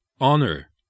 honor